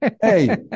Hey